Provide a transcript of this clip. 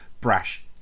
brash